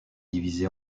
divisé